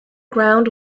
ground